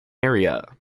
area